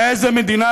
באיזו מדינה,